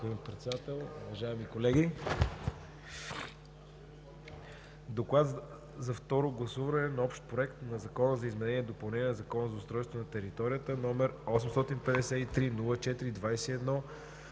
„Доклад за второ гласуване на Общ проект на Закона за изменение и допълнение на Закона за устройство на територията, № 853-04-21